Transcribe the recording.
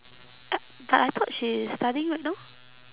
uh but I thought she is studying right now